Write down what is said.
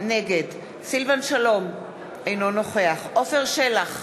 נגד סילבן שלום, אינו נוכח עפר שלח,